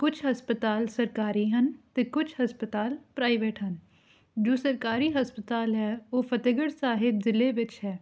ਕੁਛ ਹਸਪਤਾਲ ਸਰਕਾਰੀ ਹਨ ਅਤੇ ਕੁਛ ਹਸਪਤਾਲ ਪ੍ਰਾਈਵੇਟ ਹਨ ਜੋ ਸਰਕਾਰੀ ਹਸਪਤਾਲ ਹੈ ਉਹ ਫਤਿਹਗੜ੍ਹ ਸਾਹਿਬ ਜ਼ਿਲ੍ਹੇ ਵਿੱਚ ਹੈ